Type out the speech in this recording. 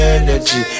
energy